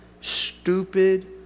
stupid